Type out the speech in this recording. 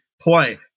play